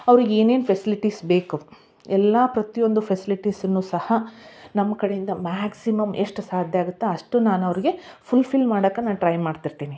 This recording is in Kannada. ಅವರಿಗೆ ಏನೇನು ಫೆಸಿಲಿಟೀಸ್ ಬೇಕು ಎಲ್ಲ ಪ್ರತಿಯೊಂದು ಫೆಸಿಲಿಟೀಸುನು ಸಹ ನಮ್ಮ ಕಡೆಯಿಂದ ಮ್ಯಾಕ್ಸಿಮಮ್ ಎಷ್ಟು ಸಾಧ್ಯ ಆಗುತ್ತೋ ಅಷ್ಟು ನಾನು ಅವ್ರಿಗೆ ಫುಲ್ ಫಿಲ್ ಮಾಡೋಕೆ ನಾನು ಟ್ರೈ ಮಾಡ್ತಿರ್ತೀನಿ